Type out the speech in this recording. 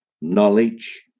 knowledge